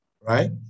right